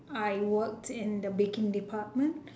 I worked in the baking department